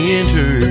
enter